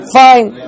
fine